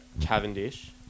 Cavendish